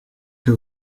que